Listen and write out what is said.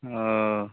ओ